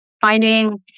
finding